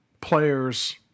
players